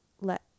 let